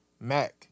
Mac